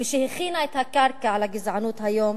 ושהכינה את הקרקע לגזענות היום,